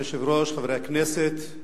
אדוני היושב-ראש, חברי הכנסת,